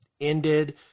ended